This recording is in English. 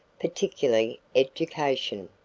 particularly education.